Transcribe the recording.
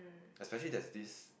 especially there is this